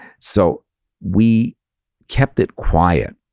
so we kept it quiet.